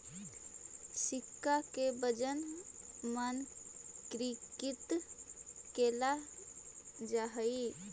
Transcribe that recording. सिक्का के वजन मानकीकृत कैल जा हई